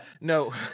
No